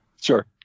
Sure